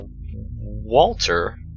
Walter